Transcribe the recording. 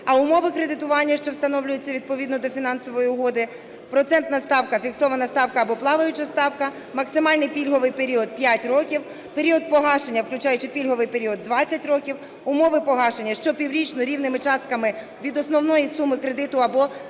А умови кредитування, що встановлюються відповідно до Фінансової угоди: процентна ставка, фіксована ставка або плаваюча ставка - максимальний пільговий період 5 років, період погашення, включаючи пільговий період, 20 років, умови погашення - щопіврічно рівними частками від основної суми кредиту або фіксованими